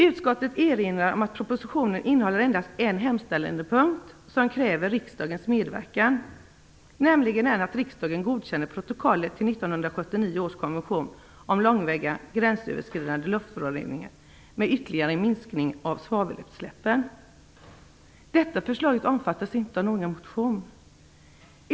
Utskottet erinrar om att propositionen innehåller endast en hemställandepunkt som kräver riksdagens medverkan, nämligen att riksdagen godkänner protokollet till 1979 års konvention om långväga gränsöverskridande luftföroreningar med ytterligare minskning av svavelutsläppen. Detta förslag omfattas ej av någon motion.